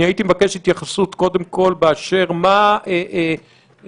הייתי מבקש התייחסות קודם כול באשר למה המשמעות